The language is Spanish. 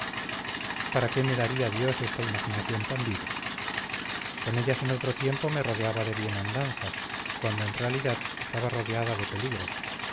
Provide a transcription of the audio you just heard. para qué me daría dios esta imaginación tan viva con ellas en otro tiempo me rodeaba de bienandanzas cuando en realidad estaba rodeada de peligros